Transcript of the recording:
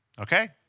Okay